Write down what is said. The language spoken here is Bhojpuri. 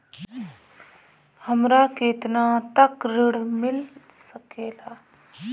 हमरा केतना तक ऋण मिल सके ला?